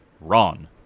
Ron